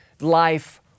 life